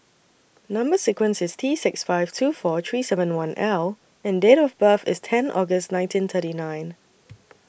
Number sequence IS T six five two four three seven one L and Date of birth IS ten August nineteen thirty nine